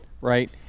right